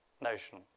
notion